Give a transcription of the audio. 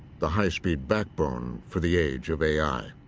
the high-speed backbone for the age of a i.